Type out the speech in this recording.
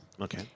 Okay